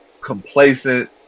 complacent